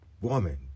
woman